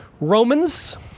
Romans